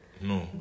no